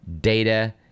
data